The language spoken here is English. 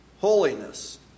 Holiness